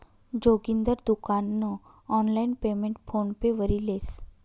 जोगिंदर दुकान नं online payment PhonePe वरी लेस